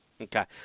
Okay